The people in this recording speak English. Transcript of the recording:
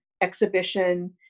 exhibition